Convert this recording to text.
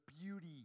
beauty